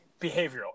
behavioral